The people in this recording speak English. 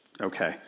Okay